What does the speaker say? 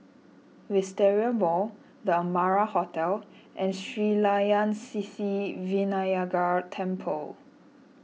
Wisteria Mall the Amara Hotel and Sri Layan Sithi Vinayagar Temple